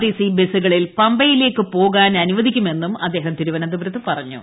TC ബസുകളിൽ പമ്പയിലേക്ക് പോവാൻ അനുവദിക്കുമെന്നും അദ്ദേഹം തിരുവനന്തപുരത്ത് പ്റഞ്ഞു